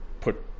put